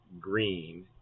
green